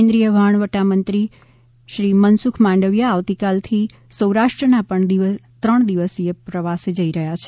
કેન્દ્રીય વહાણવટા મંત્રીશ્રી મનસુખ માંડવિયા આવતીકાલથી સૌરાષ્ટ્રના ત્રણ દિવસીય પ્રવાસે આવી રહથા છે